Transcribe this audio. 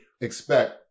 expect